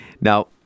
Now